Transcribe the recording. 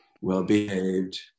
well-behaved